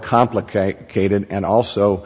complicated and also